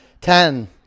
Ten